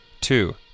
Two